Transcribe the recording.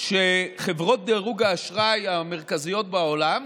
חברות דירוג האשראי המרכזיות בעולם,